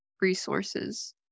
resources